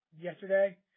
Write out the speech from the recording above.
yesterday